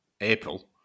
April